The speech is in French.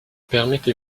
permettez